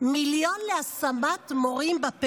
אתמול דווח על שלוש ספינות במים הבין-לאומיים שהותקפו